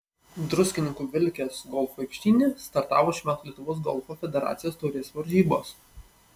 druskininkų vilkės golfo aikštyne startavo šių metų lietuvos golfo federacijos taurės varžybos